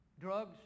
drugs